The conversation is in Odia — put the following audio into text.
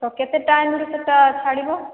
ତ କେତେ ଟାଇମ୍ ରେ ସେଟା ଛାଡ଼ିବ